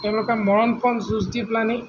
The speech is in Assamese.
তেওঁলোকে মৰণ পণ যুঁজ যি পেলানি